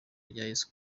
yesu